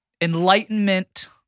enlightenment